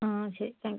ആ ശരി thank U